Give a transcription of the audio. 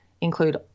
include